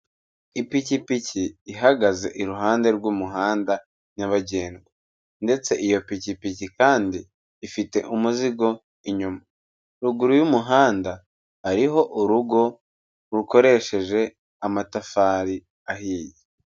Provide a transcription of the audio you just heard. Ipikipiki ihagaze iruhande rw'umuhanda nyabagendwa. Ndetse iyo pikipiki kandi ifite umuzigo inyuma. Ruguru y'umuhanda hariho urugo, rukoresheje amatafari ahiye.